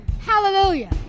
Hallelujah